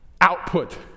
output